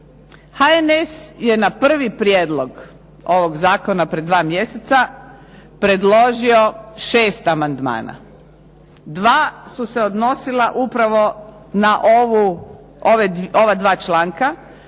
HNS je na prvi prijedlog ovog zakona pred dva mjeseca predložio 6 amandmana. Dva su se odnosila upravo na ova dva članka.